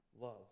love